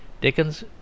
Dickens